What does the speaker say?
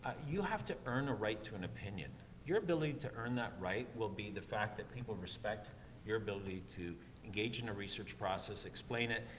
ah you have to earn a right to an opinion. your ability to earn that right will be the fact that people respect your ability to engage in a research process, explain it,